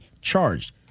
charged